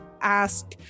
ask